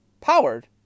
powered